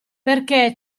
perché